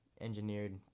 engineered